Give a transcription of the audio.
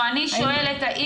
את אומרת מה